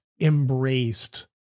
embraced